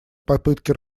попытки